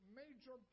major